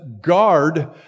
guard